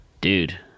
Dude